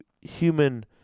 human